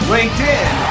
LinkedIn